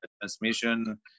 transmission